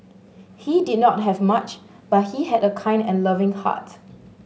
he did not have much but he had a kind and loving heart